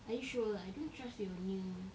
are you sure I don't trust your near